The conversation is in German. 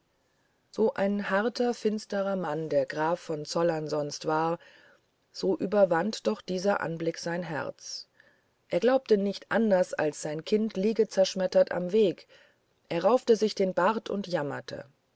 so ein harter finsterer mann der graf von zollern sonst war so überwand doch dieser anblick sein herz er glaubte nicht anders als sein kind liege zerschmettert am weg er raufte sich den bart und jammerte